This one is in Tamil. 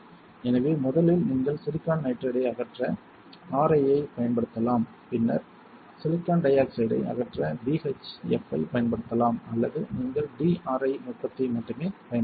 எனவே முதலில் நீங்கள் சிலிக்கான் நைட்ரைடை அகற்ற RI ஐப் பயன்படுத்தலாம் பின்னர் சிலிக்கான் டை ஆக்சைடை அகற்ற BHF ஐப் பயன்படுத்தலாம் அல்லது நீங்கள் DRI நுட்பத்தை மட்டுமே பயன்படுத்தலாம்